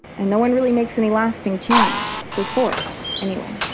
and no one really makes any lasting change through force anyway.